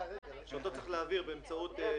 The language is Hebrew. כמה דברים שהייתי רוצה להתייחס אליהם.